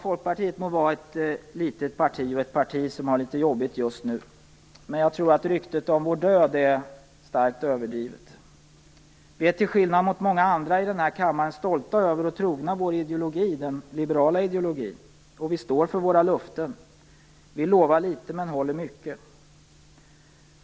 Folkpartiet må vara ett litet parti och ett parti som har det litet jobbigt just nu. Men jag tror att ryktet om vår död är starkt överdrivet. Vi är till skillnad mot många andra i denna kammare stolta över och trogna vår ideologi - den liberala ideologin - och vi står för våra löften. Vi lovar litet men håller mycket.